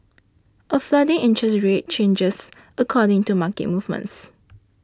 a floating interest rate changes according to market movements